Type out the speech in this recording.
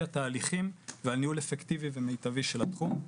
התהליכים ועל ניהול אפקטיבי ומיטבי של התחום.